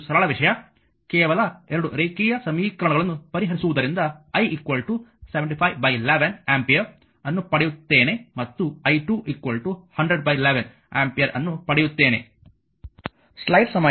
ಇದು ಸರಳ ವಿಷಯ ಕೇವಲ 2 ರೇಖೀಯ ಸಮೀಕರಣಗಳನ್ನು ಪರಿಹರಿಸುವುದರಿಂದ i 7511 ಆಂಪಿಯರ್ ಅನ್ನು ಪಡೆಯುತ್ತೇನೆ ಮತ್ತು i2 10011 ಆಂಪಿಯರ್ ಅನ್ನು ಪಡೆಯುತ್ತೇನೆ